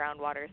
groundwaters